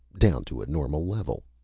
down to a normal level.